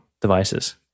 devices